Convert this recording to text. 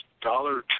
dollar